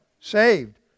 Saved